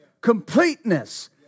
completeness